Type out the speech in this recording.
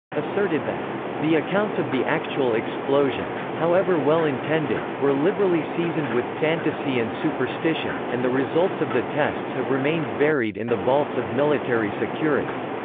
asserted that the accounts of the actual explosions, however well intended, were liberally seasoned with fantasy and superstition, and the results of the tests have remained buried in the vaults of military security.